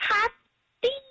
Happy